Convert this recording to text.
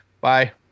bye